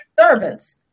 servants